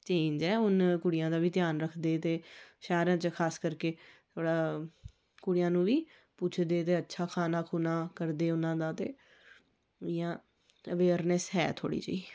change ऐ हून कुड़ियां दा बी ध्यान रखदे ते शैह्रा च खास कर के थोह्ड़ा कुड़ियां नूं बी पुछदे ते अच्छा खाना खूना करदे उ'नां दा ते इ'यां अवेयरनेस ऐ थोह्ड़ी जेही